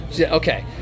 Okay